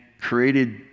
created